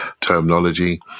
terminology